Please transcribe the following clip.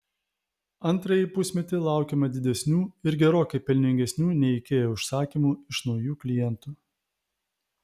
antrąjį pusmetį laukiama didesnių ir gerokai pelningesnių nei ikea užsakymų iš naujų klientų